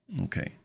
Okay